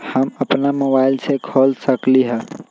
हम अपना मोबाइल से खोल सकली ह?